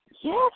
Yes